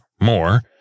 more